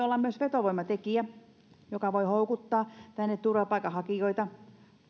olla myös vetovoimatekijä joka voi houkuttaa tänne turvapaikanhakijoita